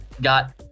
got